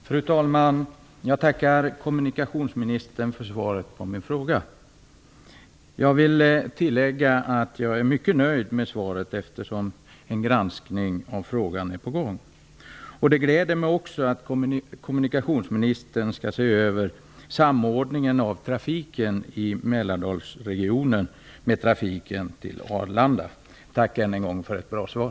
Fru talman! Jag tackar kommunikationsministern för svaret på min fråga. Låt mig tillägga att jag är mycket nöjd med svaret eftersom en granskning av frågan är på gång. Det gläder mig också att kommunikationsministern skall se över samordningen av trafiken i Mälardalsregionen med trafiken till Arlanda. Tack än en gång för ett bra svar.